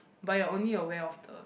but you're only aware of the